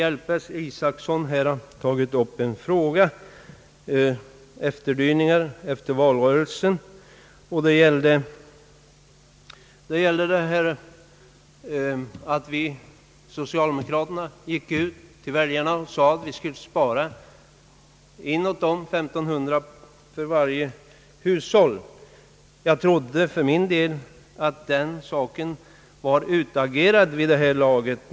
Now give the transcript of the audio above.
Herr Isacson tog upp en detalj — det var väl efterdyningar till valrörelsen — nämligen att socialdemokraterna hade sagt till väljarna att det socialdemokratiska partiet skulle kunna spara in 1500 kronor åt varje hushåll. Jag trodde för min del att denna sak var utagerad vid det här laget.